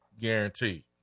guarantee